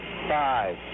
Five